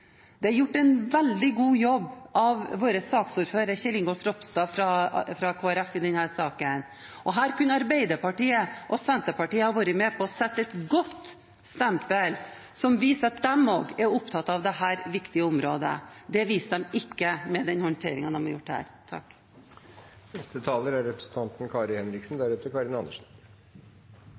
Det er gjort en veldig god jobb av saksordføreren, Kjell Ingolf Ropstad, fra Kristelig Folkeparti, i denne saken. Her kunne Arbeiderpartiet og Senterpartiet ha vært med på å sette et godt stempel som kunne vist at også de er opptatt av dette viktige området. Det har de ikke vist med den håndteringen de har hatt her.